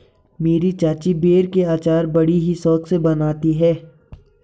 मेरी चाची बेर के अचार बड़ी ही शौक से बनाती है